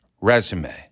Resume